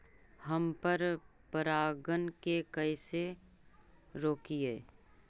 हम पर परागण के कैसे रोकिअई?